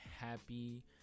happy